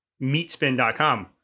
meatspin.com